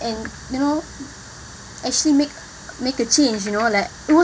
and you know actually make make a change you know like